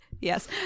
Yes